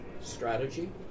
strategy